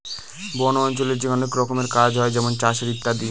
বন অঞ্চলে যে অনেক রকমের কাজ হয় যেমন চাষের ইত্যাদি